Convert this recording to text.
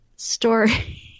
story